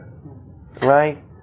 right